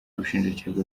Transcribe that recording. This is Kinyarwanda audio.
ubushinjacyaha